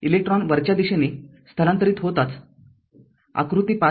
electron वरच्या दिशेने स्थलांतरित होताचआकृती ५